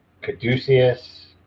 Caduceus